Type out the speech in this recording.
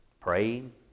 praying